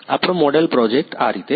આપણો model project આ રીતે છે